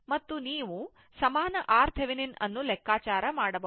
ಮತ್ತು ನೀವು ಸಮಾನ RThevenin ಅನ್ನು ಲೆಕ್ಕಾಚಾರ ಮಾಡಬಹುದು